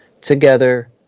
together